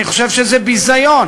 אני חושב שזה ביזיון.